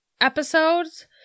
episodes